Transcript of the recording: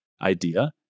idea